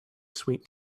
sweet